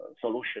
solution